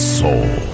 soul